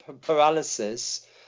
paralysis